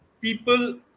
people